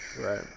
right